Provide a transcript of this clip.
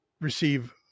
receive